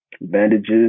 bandages